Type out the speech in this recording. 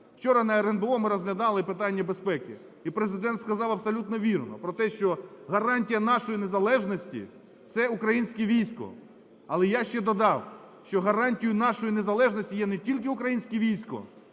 Вчора на РНБО ми розглядали питання безпеки. І Президент сказав абсолютно вірно про те, що гарантія нашої незалежності – це українське військо. Але я ще додав, що гарантією нашої незалежності є не тільки українське військо,